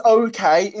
okay